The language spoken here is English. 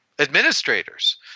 Administrators